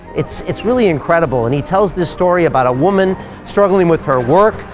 it's it's really incredible and he tells the story about a woman struggling with her work,